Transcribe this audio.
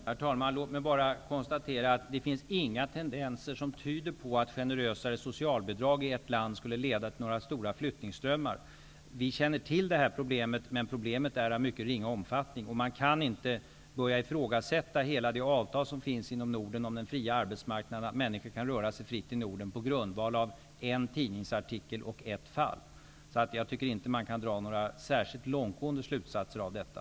Herr talman! Låt mig bara konstatera att det inte finns något som tyder på att generösare socialbidrag i ett land skulle leda till stora flyttningsströmmar. Vi känner till det här problemet, men problemet är av mycket ringa omfattning. Man kan inte börja ifrågasätta hela det avtal som finns inom Norden om den fria arbetsmarknaden och att människor kan röra sig fritt i Norden på grundval av en tidningsartikel och ett fall. Jag tycker därför inte att man kan dra några särskilt långtgående slutsatser av detta.